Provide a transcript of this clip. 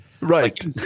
Right